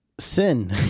sin